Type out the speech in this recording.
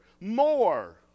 more